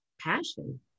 passion